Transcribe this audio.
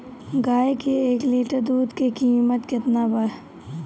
गाए के एक लीटर दूध के कीमत केतना बा?